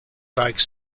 bags